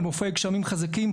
על מופעי גשמים חזקים.